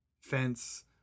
fence